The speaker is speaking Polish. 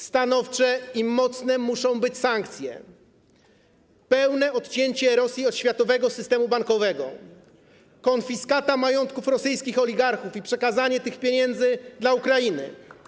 Stanowcze i mocne muszą być sankcje: pełne odcięcie Rosji od światowego systemu bankowego, konfiskata majątków rosyjskich oligarchów i przekazanie tych pieniędzy Ukrainie.